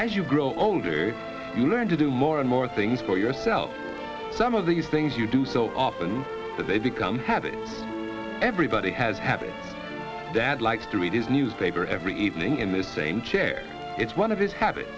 as you grow older you learn to do more and more things for yourself some of these things you do so often that they become habits everybody has happy dad likes to read his newspaper every evening in the same chair it's one of his habits